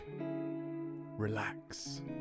relax